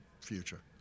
future